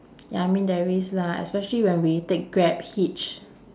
ya I mean there's lah especially when we take grab hitch